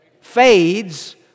Fades